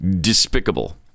despicable